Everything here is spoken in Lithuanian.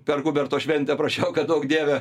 per huberto šventę prašiau kad duok dieve